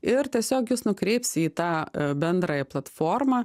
ir tiesiog jus nukreips į tą bendrąją platformą